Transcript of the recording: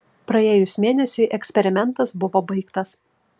praėjus mėnesiui eksperimentas buvo baigtas